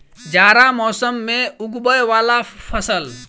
जाड़ा मौसम मे उगवय वला फसल?